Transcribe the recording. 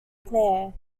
mcnair